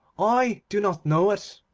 i do not know it